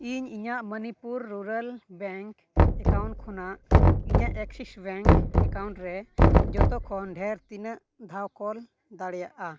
ᱤᱧ ᱤᱧᱟᱹᱜ Manipur rural bank account ᱠᱷᱚᱱᱟᱜ ᱤᱧᱟᱹᱜ ᱮᱠᱥᱤᱥ ᱵᱮᱝᱠ ᱮᱠᱟᱣᱩᱱᱴ ᱨᱮ ᱡᱷᱚᱛᱚ ᱠᱷᱚᱱ ᱰᱷᱮᱨ ᱛᱤᱱᱟᱹᱜ ᱫᱷᱟᱣ ᱠᱳᱞ ᱫᱟᱲᱮᱭᱟᱜᱼᱟ